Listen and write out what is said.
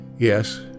Yes